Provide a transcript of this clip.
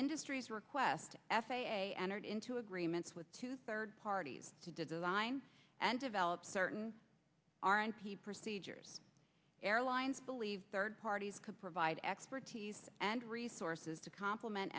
industry's request f a a entered into agreements with two third parties to design and develop certain r and p procedures airlines believe third parties could provide expertise and resources to compliment